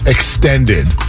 Extended